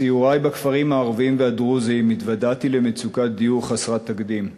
בסיורי בכפרים הערביים והדרוזיים התוודעתי למצוקת דיור חסרת תקדים.